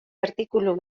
artikulu